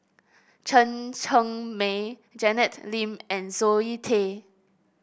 Chen Cheng Mei Janet Lim and Zoe Tay